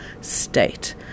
state